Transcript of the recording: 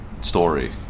story